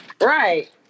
Right